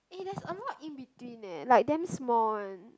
eh there's a lot in between eh like damn small one